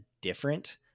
different